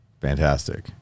fantastic